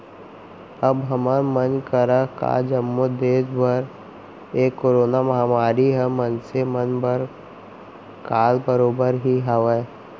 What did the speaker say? अब हमर मन करा का जम्मो देस बर ए करोना महामारी ह मनसे मन बर काल बरोबर ही हावय